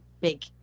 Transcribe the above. big